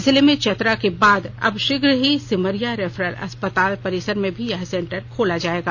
जिले में चतरा के बाद अब शीघ्र ही सिमरिया रेफरल अस्पताल परिसर में भी यह सेंटर खोला जाएगा